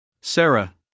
Sarah